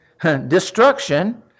destruction